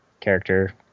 character